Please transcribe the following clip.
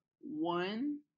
one